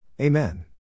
Amen